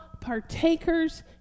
partakers